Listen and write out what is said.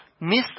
miss